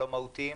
לא מהותיים?